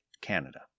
Canada